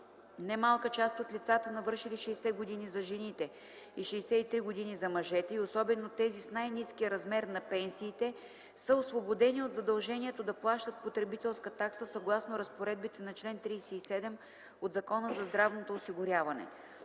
Немалка част от лицата, навършили 60 години за жените и 63 години за мъжете, и особено тези с най-ниския размер на пенсиите, са освободени от задължението да плащат потребителска такса, съгласно разпоредбите на чл. 37 от Закона за здравното осигуряване.